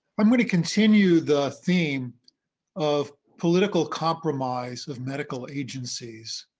i'm going to continue the theme of political compromise of medical agencies,